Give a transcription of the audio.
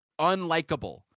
unlikable